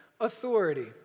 authority